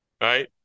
Right